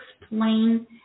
explain